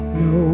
no